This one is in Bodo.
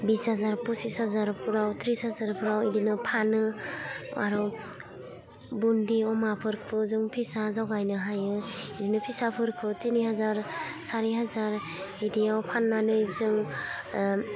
बिस हाजार फसिस हाजारफोराव थ्रिस हाजारफोराव बिदिनो फानो आरो बुन्दि अमाफोरखौ जों फिसा जगायनो हायो बिनि फिसाफोरखौ थिनि हाजार सारि हाजार बिदियाव फाननानै जों